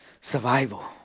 Survival